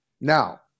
Now